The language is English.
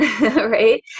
right